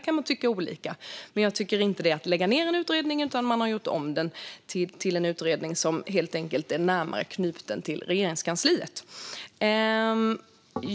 Man kan tycka olika, men jag tycker inte att det är att lägga ned en utredning, utan man har helt enkelt gjort om den till en utredning som är närmare knuten till Regeringskansliet.